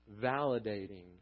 validating